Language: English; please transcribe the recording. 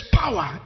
power